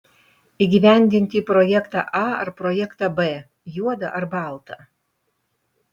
įgyvendinti projektą a ar projektą b juoda ar balta